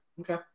Okay